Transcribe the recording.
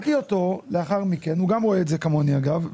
הוא גם רואה את זה כמוני, אגב.